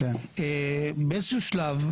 באיזה שהוא שלב,